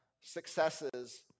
successes